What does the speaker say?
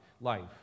life